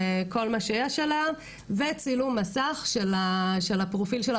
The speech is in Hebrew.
כל מה שיש עליה וצילום מסך של הפרופיל שלה